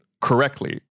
correctly